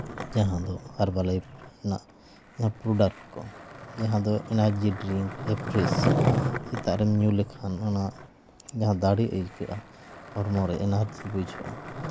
ᱡᱟᱦᱟᱸ ᱫᱚ ᱦᱟᱨᱵᱟᱞᱟᱭᱤᱯᱷ ᱨᱮᱱᱟᱜ ᱚᱱᱟ ᱯᱨᱚᱰᱟᱠᱴ ᱠᱚ ᱡᱟᱦᱟᱸ ᱫᱚ ᱮᱱᱟᱨᱡᱤ ᱰᱨᱤᱝᱠ ᱮᱯᱷᱨᱮᱥ ᱥᱮᱛᱟᱜ ᱨᱮᱢ ᱧᱩ ᱞᱮᱠᱷᱟᱱ ᱚᱱᱟ ᱡᱟᱦᱟᱸ ᱫᱟᱲᱮ ᱟᱹᱭᱠᱟᱹᱜᱼᱟ ᱦᱚᱲᱢᱚ ᱨᱮ ᱮᱱᱟᱨᱡᱤ ᱵᱩᱡᱷᱟᱹᱜᱼᱟ